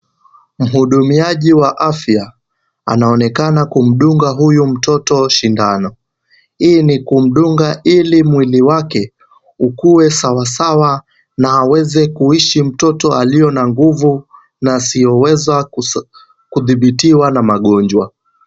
Mhudumiaji wa afya anaonekana kumdunga mtoto huyu shindano, hii ni kumdunga ili mwili wake ukue sawasawa na aweze kuishi mtoto aliye na nguvu na asiyoweza kudhibitiwa na magonjwa.